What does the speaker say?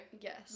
Yes